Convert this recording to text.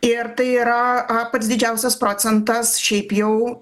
ir tai yra pats didžiausias procentas šiaip jau